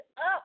up